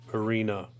arena